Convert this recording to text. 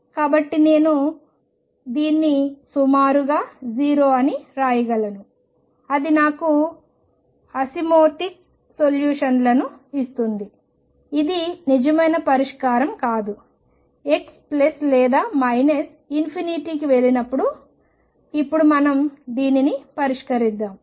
కాబట్టి నేను దీన్ని సుమారుగా 0 అని వ్రాయగలను అది నాకు అసిమ్ప్టోటిక్ సొల్యూషన్లను ఇస్తుంది ఇది నిజమైన పరిష్కారం కాదు x ప్లస్ లేదా మైనస్ ఇన్ఫినిటీకి వెళ్లినప్పుడు ఇప్పుడు మనం దీనిని పరిష్కరిద్దాం